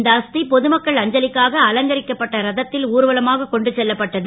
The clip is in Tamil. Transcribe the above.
இந்த அஸ் பொதுமக்கள் அஞ்சலிக்காக அலங்கரிக்கப்பட்ட ரதத் ல் ஊர்வலமாக கொண்டு செல்லப்பட்டது